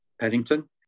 Paddington